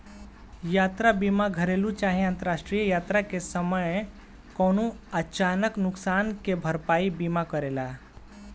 यात्रा बीमा घरेलु चाहे अंतरराष्ट्रीय यात्रा के समय कवनो अचानक नुकसान के भरपाई बीमा करेला